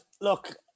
look